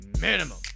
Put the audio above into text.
minimum